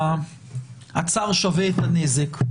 הצער שווה את הנזק,